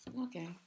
okay